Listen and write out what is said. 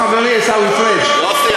חברי עיסאווי פריג'.